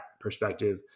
perspective